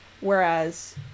Whereas